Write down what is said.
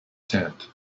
tent